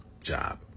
job